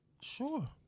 Sure